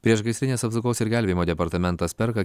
priešgaisrinės apsaugos ir gelbėjimo departamentas perka